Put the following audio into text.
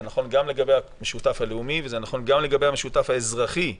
זה נכון גם לגבי המשותף הלאומי וגם לגבי המשותף האזרחי,